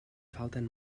falten